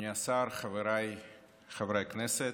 אדוני השר, חבריי חברי הכנסת,